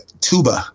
tuba